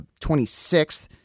26th